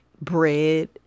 bread